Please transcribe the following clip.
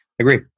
agree